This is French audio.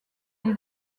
les